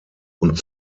und